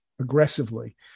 aggressively